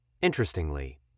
Interestingly